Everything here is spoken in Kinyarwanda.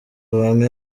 bamwe